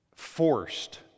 Forced